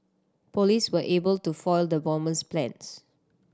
police were able to foil the bomber's plans